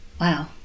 Wow